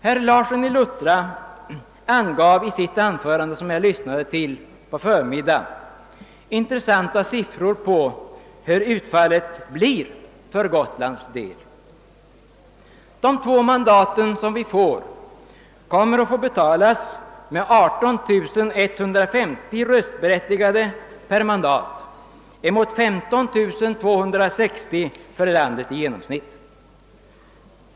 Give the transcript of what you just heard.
Herr Larsson i Luttra angav i sitt huvudanförande, som jag lyssnade till på förmiddagen, intressanta siffror över hurudant utfallet blir för Gotlands vidkommande. De två mandat som vi får kommer att få betalas med 18150 röstberättigade per mandat mot 15 260 för landet i genomsnitt.